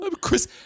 Chris